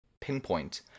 pinpoint